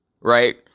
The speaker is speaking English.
right